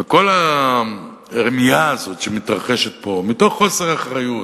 וכל הרמייה הזאת שמתרחשת פה מתוך חוסר אחריות,